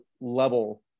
level